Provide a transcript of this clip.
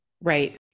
Right